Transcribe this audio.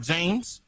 James